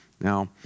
Now